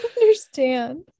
understand